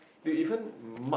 they even mark